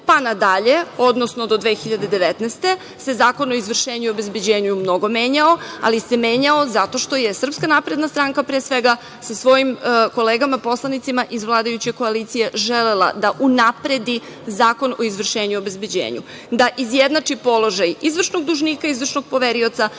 pa nadalje, odnosno do 2019. godine se Zakon o izvršenju i obezbeđenju mnogo menjao, ali se menjao zato što je SNS, pre svega, sa svojim kolegama poslanicima iz vladajuće koalicije želela da unapredi Zakon o izvršenju i obezbeđenju, da izjednači položaj izvršnog dužnika i izvršnog poverioca,